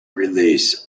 release